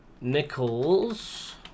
nickels